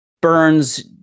burns